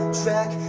track